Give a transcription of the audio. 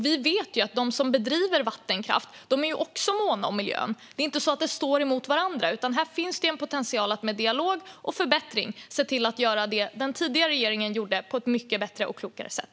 Vi vet att de som bedriver vattenkraft också är måna om miljön; det är inte så att vattenkraft och miljö står emot varandra. Här finns det potential att med dialog och förbättring se till att göra det som den tidigare regeringen gjorde men göra det på ett mycket bättre och klokare sätt.